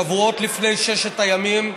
שבועות לפני ששת הימים,